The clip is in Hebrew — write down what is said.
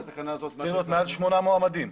צריך להיות מעל שמונה מועמדים.